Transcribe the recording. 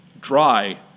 dry